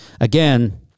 again